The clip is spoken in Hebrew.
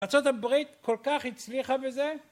ארה״ב כל כך הצליחה בזה